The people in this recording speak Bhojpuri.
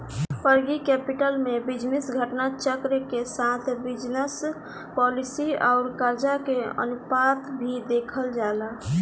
वर्किंग कैपिटल में बिजनेस घटना चक्र के साथ बिजनस पॉलिसी आउर करजा के अनुपात भी देखल जाला